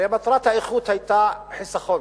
הרי מטרת האיחוד היתה חיסכון,